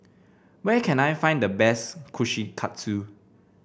where can I find the best Kushikatsu